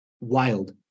Wild